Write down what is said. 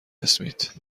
اسمیت